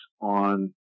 on